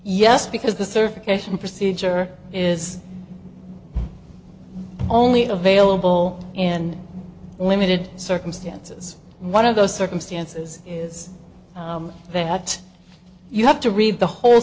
yes because the circulation procedure is only available in limited circumstances one of those circumstances is that you have to read the whole